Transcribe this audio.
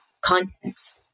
context